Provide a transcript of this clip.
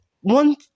one